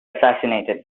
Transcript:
assassinated